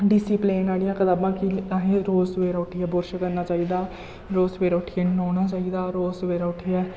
discipline आह्लियां कताबां कि असें रोज सवेरै उट्ठियै बुर्श करना चाहिदा रोज सवेरै उट्ठियै न्हौना चाहिदा रोज सवेरै उट्ठियै